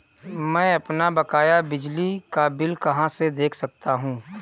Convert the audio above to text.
मैं अपना बकाया बिजली का बिल कहाँ से देख सकता हूँ?